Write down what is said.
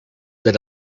that